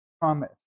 promise